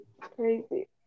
Crazy